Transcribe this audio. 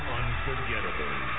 unforgettable